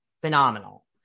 phenomenal